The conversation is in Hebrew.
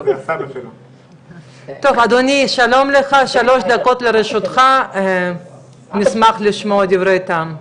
שלום לך, שלוש דקות לרשותך, נשמח לשמוע דברי טעם.